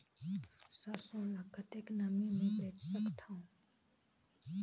सरसो ल कतेक नमी मे बेच सकथव?